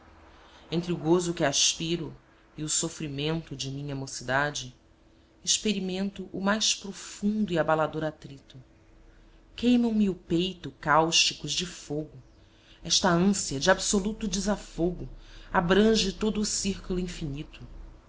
entre o gozo que aspiro e o sofrimento de minha mocidade experimento o mais profundo e abalador atrito queimam me o peito cáusticos de fogo esta ânsia de absoluto desafogo abrange todo o círculo infinito